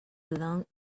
belong